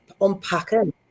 unpacking